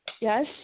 Yes